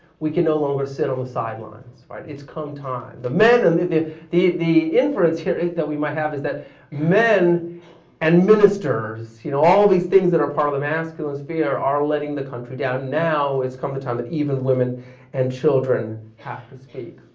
we can no longer sit on the sidelines, right. it's come time, the men, and the, the the inference here that we might have is that men and ministers, you know all of these things that are part of the masculine sphere are letting the country down. now it's come the time that even women and children have to speak.